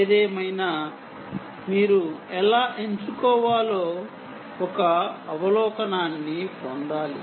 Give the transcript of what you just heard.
ఏదేమైనా మీరు ఎలా ఎంచుకోవాలో ఒక అవలోకనాన్ని పొందాలి